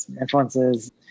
influences